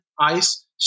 ice